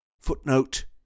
Footnote